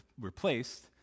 replaced